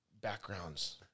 backgrounds